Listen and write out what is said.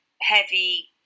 heavy